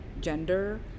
gender